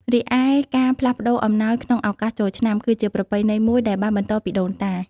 រីឯការផ្លាស់ប្តូរអំណោយក្នុងឱកាសចូលឆ្នាំ គឺជាប្រពៃណីមួយដែលបានបន្តពីដូនតា។